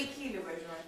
į kylį važiuoja